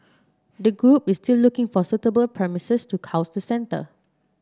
the group is still looking for suitable premises to house the centre